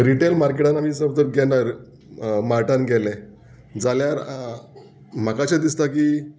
retail मार्केटान आमी जर तर केन्नाय गेल्यार मार्टान गेले जाल्यार म्हाका अशें दिसता की